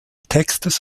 textes